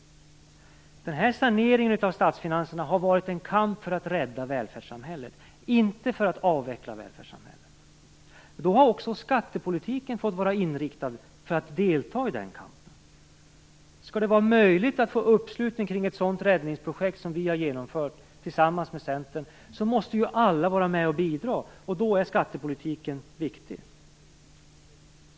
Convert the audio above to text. Saneringen av statsfinanserna har varit en kamp för att rädda välfärdssamhället, inte för att avveckla det. Då har också skattepolitiken fått vara inriktad på att delta i den kampen. Skall det vara möjligt att få uppslutning kring ett sådant räddningsprojekt som det vi har genomfört tillsammans med Centern, måste ju alla vara med och bidra, och då är skattepolitiken viktig.